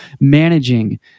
managing